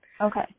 Okay